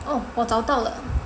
orh 我找到了: wo zhao dao le